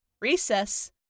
Recess